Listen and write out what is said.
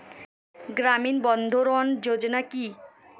গ্রামীণ বন্ধরন যোজনা কি?